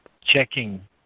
checking